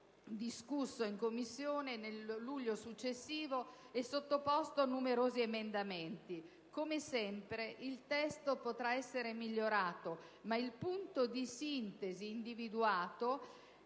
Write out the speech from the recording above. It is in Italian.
discusso in Commissione nel luglio successivo e sottoposto a numerosi emendamenti. Come sempre il testo potrà essere migliorato, ma il punto di sintesi individuato già costituisce,